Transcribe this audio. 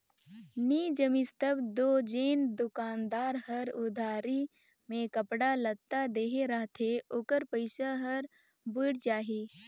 नी जमिस तब दो जेन दोकानदार हर उधारी में कपड़ा लत्ता देहे रहथे ओकर पइसा हर बुइड़ जाही